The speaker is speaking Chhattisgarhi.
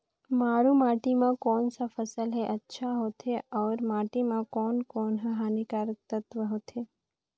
मारू माटी मां कोन सा फसल ह अच्छा होथे अउर माटी म कोन कोन स हानिकारक तत्व होथे?